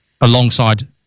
alongside